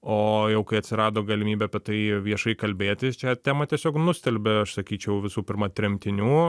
o jau kai atsirado galimybė apie tai viešai kalbėti šią temą tiesiog nustelbė aš sakyčiau visų pirma tremtinių